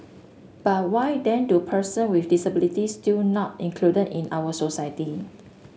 but why then do person with disabilities still not included in our society